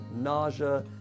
nausea